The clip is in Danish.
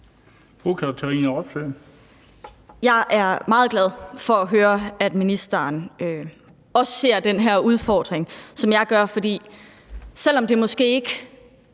Jeg er meget glad for at høre, at ministeren også ser den her udfordring, som jeg gør. For selv om det måske ikke